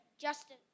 Justin